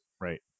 Right